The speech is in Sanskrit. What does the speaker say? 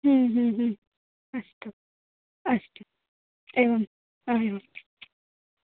अस्तु अस्तु एवं हा एवं